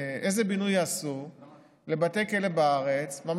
איזה בינוי יעשו לבתי כלא בארץ על פני חמש השנים הבאות,